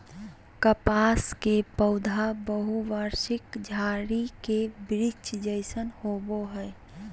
कपास के पौधा बहुवर्षीय झारी के वृक्ष जैसन होबो हइ